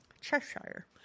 Cheshire